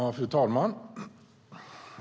Fru talman!